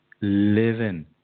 living